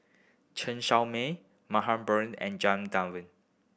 Chen Show Mao Mariam Baharom and Janadas Devan